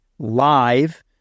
Live